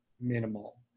minimal